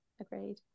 Agreed